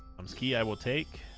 i'm ski i will take